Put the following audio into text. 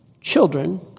children